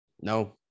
no